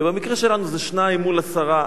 ובמקרה שלנו זה שניים מול עשרה,